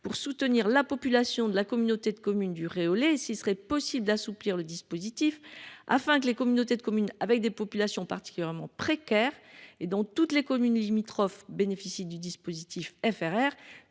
pour soutenir la population de la communauté de communes du Réolais et s’il serait possible d’assouplir le dispositif pour que les communautés de communes avec des populations particulièrement précaires et dont toutes les communes limitrophes bénéficient du dispositif FRR